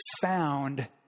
found